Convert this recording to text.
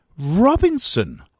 robinson